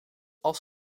als